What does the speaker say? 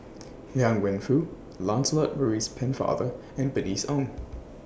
Liang Wenfu Lancelot Maurice Pennefather and Bernice Ong